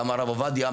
למה הרב עובדיה,